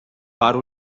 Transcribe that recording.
para